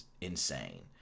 insane